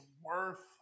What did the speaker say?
worth